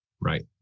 Right